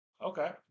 Okay